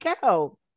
go